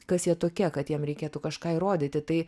kas jie tokie kad jiem reikėtų kažką įrodyti tai